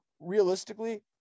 realistically